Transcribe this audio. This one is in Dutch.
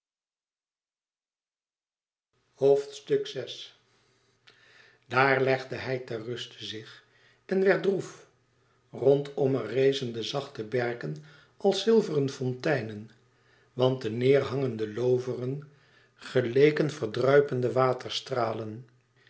daar legde hij ter ruste zich en werd droef rondomme rezen de zachte berken als zilveren fonteinen want de neêr hangende looveren geleken stille verdruipende waterstralen